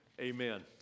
Amen